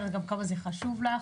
אני גם יודעת כמה זה חשוב לך.